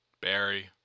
Barry